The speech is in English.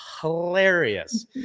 hilarious